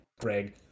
greg